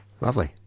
Lovely